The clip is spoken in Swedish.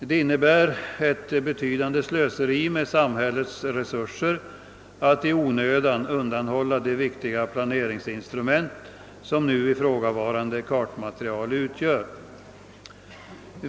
Det innebär ett betydande slöseri med samhällets resurser att i onödan undanhålla det viktiga planeringsinstrument som ifrågavarande kartmaterial utgör.